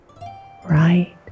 right